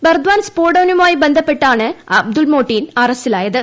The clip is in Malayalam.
ബർദ്വാൻ സ്ഫോടന കേസുമായി ബന്ധപ്പെട്ടാണ് അബ്ദുൾ മോട്ടിൻ അറസ്റ്റിലായത്